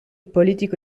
politico